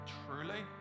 truly